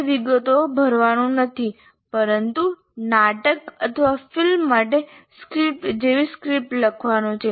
તે વિગતો ભરવાનું નથી પરંતુ નાટક અથવા ફિલ્મ માટે સ્ક્રિપ્ટ જેવી સ્ક્રિપ્ટ લખવાનું છે